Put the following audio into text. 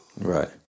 right